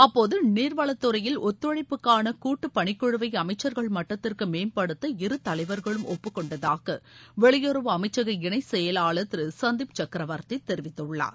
அப்போது நீர்வளத்துறையில் ஒத்துழைப்புக்கான கூட்டு பணிக்குழுவை அமைச்சர்கள் மட்டத்திற்கு மேம்படுத்த இருதலைவர்களும் ஒப்புக்கொண்டதாக வெளியுறவு அமைச்சக இணை செயலாளர் திரு சந்தீப் சக்ரவர்த்தி தெரிவித்துள்ளார்